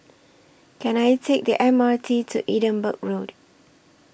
Can I Take The M R T to Edinburgh Road